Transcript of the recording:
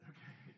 Okay